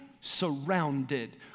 surrounded